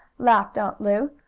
laughed aunt lu.